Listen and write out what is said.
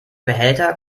behälter